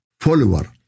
follower